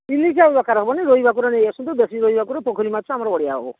ଇଲିଶି ଆଉ ଦରକାର ହେବନି ରୋହି ଭାକୁର ନେଇ ଆସନ୍ତୁ ଦେଶୀ ରୋହି ଭାକୁର ପୋଖରୀ ମାଛ ଆମର ବଢ଼ିଆ ହେବ